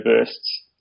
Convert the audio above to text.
bursts